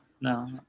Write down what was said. No